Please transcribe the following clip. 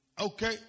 Okay